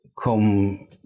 Come